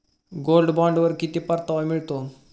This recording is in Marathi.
गोल्ड बॉण्डवर किती परतावा मिळतो?